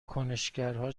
کنشگرها